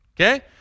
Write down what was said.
Okay